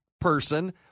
person